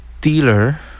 dealer